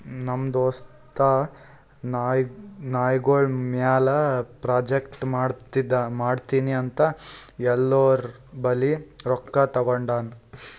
ನಮ್ ದೋಸ್ತ ನಾಯ್ಗೊಳ್ ಮ್ಯಾಲ ಪ್ರಾಜೆಕ್ಟ್ ಮಾಡ್ತೀನಿ ಅಂತ್ ಎಲ್ಲೋರ್ ಬಲ್ಲಿ ರೊಕ್ಕಾ ತಗೊಂಡಾನ್